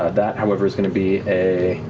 ah that, however, is going to be a